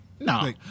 No